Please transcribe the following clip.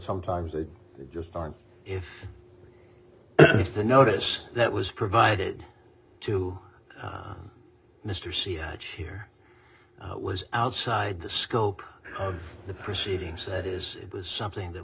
sometimes they just aren't if if the notice that was provided to mr c here was outside the scope of the proceedings that is it was something that